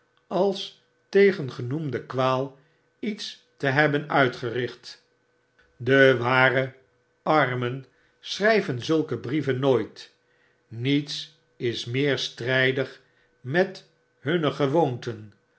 als tegengenoemde kwaal iets te hebben uitgericht de ware armen schry ven zulke brieven nooit niets is meer strijdig met hunne gewoonten